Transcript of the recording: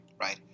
right